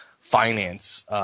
finance